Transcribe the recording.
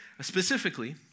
Specifically